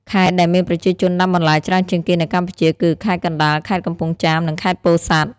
ខេត្តដែលមានប្រជាជនដាំបន្លែច្រើនជាងគេនៅកម្ពុជាគឺ ខេត្តកណ្ដាល ខេត្តកំពង់ចាម និង ខេត្តពោធិ៍សាត់។